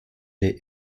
est